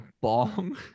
bomb